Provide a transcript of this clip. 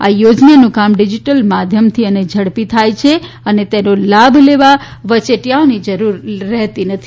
આ યોજનાનું કામ ડીજીટલ માધ્યમથી અને ઝડપી થાય છે અને તેનો લાભ એવા વચેટીયાઓની જરૂર રહેતી નથી